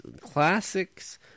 classics